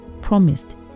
promised